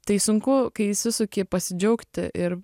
tai sunku kai įsisuki pasidžiaugti ir